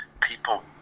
people